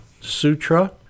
Sutra